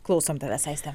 klausom tavęs aiste